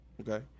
Okay